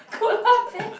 koala bear